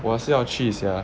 我也是要去 sia